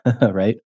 Right